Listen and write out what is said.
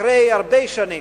אחרי הרבה שנים,